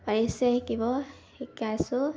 পাৰিছে শিকিব শিকাইছোঁ